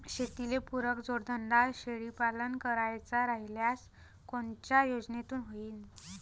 शेतीले पुरक जोडधंदा शेळीपालन करायचा राह्यल्यास कोनच्या योजनेतून होईन?